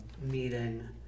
Meeting